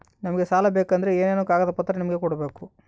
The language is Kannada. ನಮಗೆ ಸಾಲ ಬೇಕಂದ್ರೆ ಏನೇನು ಕಾಗದ ಪತ್ರ ನಿಮಗೆ ಕೊಡ್ಬೇಕು?